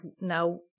now